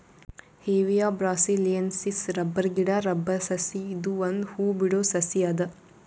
Hevea ಬ್ರಾಸಿಲಿಯೆನ್ಸಿಸ್ rubber ಗಿಡಾ rubber ಸಸಿ ಇದು ಒಂದ್ ಹೂ ಬಿಡೋ ಸಸಿ ಅದ